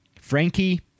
Frankie